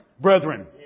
brethren